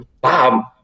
Bob